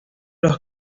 los